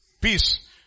peace